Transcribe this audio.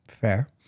Fair